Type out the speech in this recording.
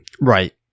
right